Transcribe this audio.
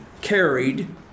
carried